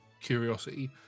curiosity